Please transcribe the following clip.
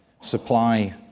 supply